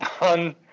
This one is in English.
on